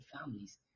families